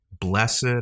blessed